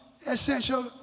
essential